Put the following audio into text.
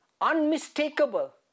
unmistakable